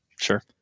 Sure